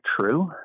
true